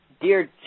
Dear